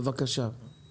בבקשה.